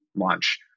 launch